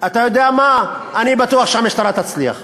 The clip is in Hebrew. אתה יודע מה, אני בטוח שהמשטרה תצליח.